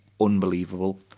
unbelievable